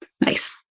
nice